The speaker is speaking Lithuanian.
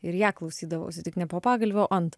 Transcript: ir ją klausydavausi tik ne po pagalve o ant